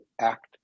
act